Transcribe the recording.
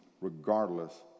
regardless